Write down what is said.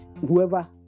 whoever